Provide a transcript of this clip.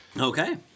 Okay